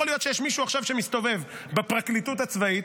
יכול להיות שיש מישהו שמסתובב עכשיו בפרקליטות הצבאית,